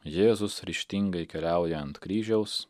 jėzus ryžtingai keliauja ant kryžiaus